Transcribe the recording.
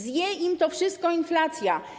Zje im to wszystko inflacja.